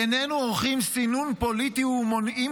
איננו עורכים סינון פוליטי ומונעים